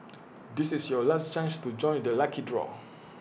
this is your last chance to join the lucky draw